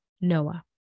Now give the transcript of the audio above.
Noah